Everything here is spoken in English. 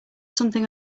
something